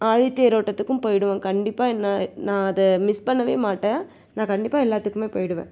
ஆழித்தேரோட்டத்துக்கும் போய்விடுவேன் கண்டிப்பாக என்ன நான் அதை மிஸ் பண்ணவே மாட்டேன் நான் கண்டிப்பாக எல்லாத்துக்குமே போய்விடுவேன்